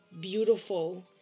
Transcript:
beautiful